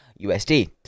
USD